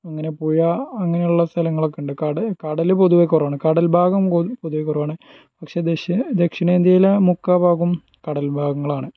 അങ്ങനെ പുയ അങ്ങനെയുള്ള സ്ഥലങ്ങളൊക്കെണ്ട് കടൽ പൊതുവെ കുറവാണ് കടൽഭാഗം പൊത് പൊതുവെ കുറവാണ് പക്ഷേ ദക്ഷിണ ദക്ഷിണേന്ത്യയിലെ മുക്കാൽ ഭാഗവും കടൽ ഭാഗങ്ങളാണ്